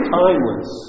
timeless